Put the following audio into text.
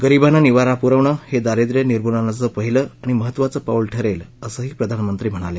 गरिबांना निवास प्रवणं हे दारिद्र निर्मलनाचं पहिलं आणि महत्वाचं पाऊल ठरेल असंही प्रधानमंत्री म्हणाले